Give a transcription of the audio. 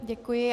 Děkuji.